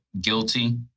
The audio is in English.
guilty